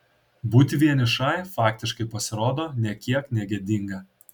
būti vienišai faktiškai pasirodo nė kiek negėdinga